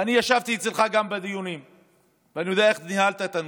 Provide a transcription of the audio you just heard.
ואני ישבתי אצלך גם בדיונים ואני יודע איך ניהלת את הנושאים.